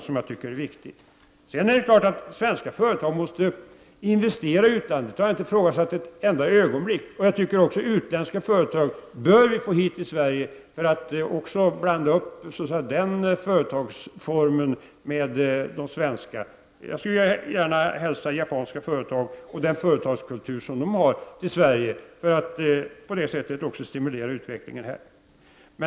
Den tycker jag är viktig. Sedan är det klart att svenska företag måste investera i utlandet. Det har inte ett enda ögonblick ifrågasatts. Jag tycker att vi bör försöka få hit utländska företag för att blanda nya företagsformer med de svenska. Jag skulle gärna vilja hälsa japanska företag och den företagskultur som Japan har välkommen till Sverige för att därigenom stimulera utvecklingen här hemma.